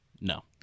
No